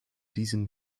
diesen